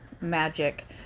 magic